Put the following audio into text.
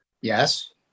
Yes